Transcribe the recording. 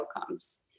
outcomes